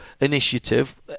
initiative